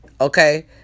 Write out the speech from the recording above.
Okay